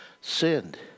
sinned